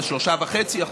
3.5%,